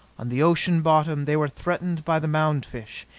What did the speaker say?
on the ocean bottom they were threatened by the mound-fish.